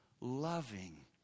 loving